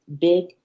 Big